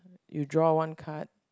you draw one card